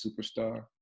superstar